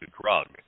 drug